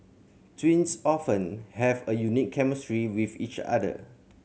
twins often have a unique chemistry with each other